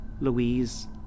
Louise